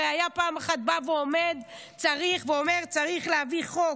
הרי היה פעם אחת בא ואומר: צריך להביא חוק,